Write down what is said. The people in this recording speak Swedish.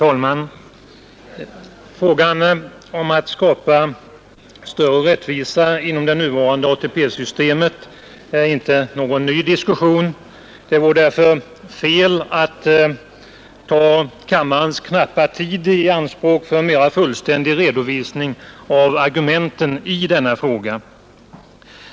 Herr talman! Diskussionen om att skapa större rättvisa inom det nuvarande ATP-systemet är inte ny. Det vore därför fel att ta kammarens knappa tid i anspråk för en mera fullständig redovisning av argumenten i denna fråga.